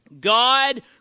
God